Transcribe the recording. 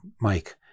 Mike